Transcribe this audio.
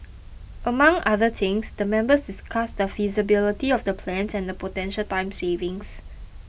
among other things the members discussed the feasibility of the plans and the potential time savings